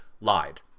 lied